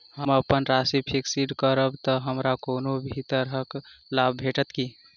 हम अप्पन राशि फिक्स्ड करब तऽ हमरा कोनो भी तरहक लाभ भेटत की?